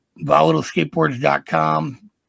VolatileSkateboards.com